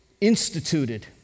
instituted